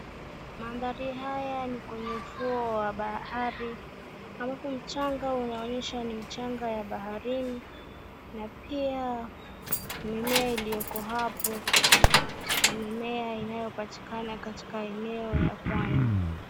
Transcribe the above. Maadhari haya ni kwenye ufuo wa bahari ambapo mchanga unaonyesha ni mchanga ya baharini na pia mimea iliyoko hapo ni mimea inayopatikana katika eneo ya pwani.